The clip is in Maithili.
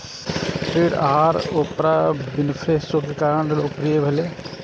ऋण आहार ओपरा विनफ्रे शो के कारण लोकप्रिय भेलै